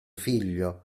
figlio